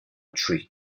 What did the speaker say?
tree